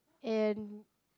and